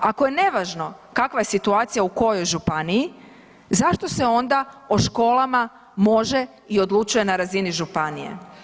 Ako je nevažno kakva je situacija u kojoj županiji zašto se onda o školama može i odlučuje na razini županije.